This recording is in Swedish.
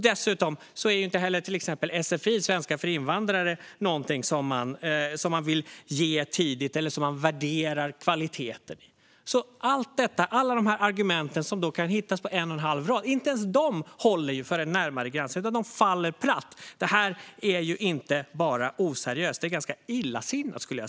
Dessutom är inte sfi, svenska för invandrare, något som man vill ge tidigt eller värderar kvaliteten av. Inte ens allt detta, alla de här argumenten - som kan hittas på en och halv rad - håller för en närmare granskning. De faller platt. Det här är inte bara oseriöst. Det är ganska illasinnat.